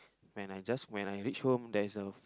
when I just when I reach home there's a